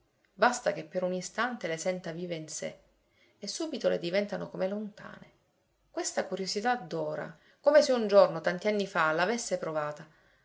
basta che per un istante le senta vive in sé e subito le diventano come lontane questa curiosità d'ora come se un giorno tanti anni fa la avesse provata